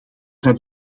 dat